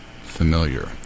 familiar